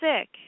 sick